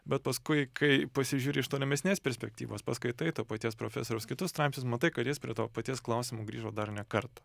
bet paskui kai pasižiūri iš tolimesnės perspektyvos paskaitai to paties profesoriaus kitus straipsnius matai kad jis prie to paties klausimo grįžo dar ne kartą